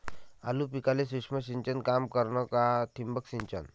आलू पिकाले सूक्ष्म सिंचन काम करन का ठिबक सिंचन?